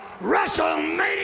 wrestlemania